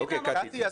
קטי,